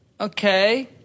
okay